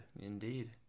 Indeed